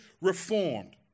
reformed